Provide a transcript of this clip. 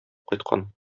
кайткан